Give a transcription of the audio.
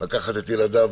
לקחת את ילדיו